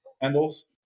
handles